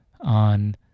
on